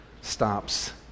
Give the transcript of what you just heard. stops